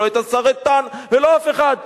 ולא את השר איתן ולא אף אחד.